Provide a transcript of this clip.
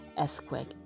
earthquake